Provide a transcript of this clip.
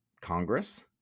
Congress